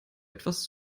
etwas